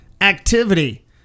activity